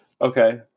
okay